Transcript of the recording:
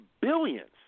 billions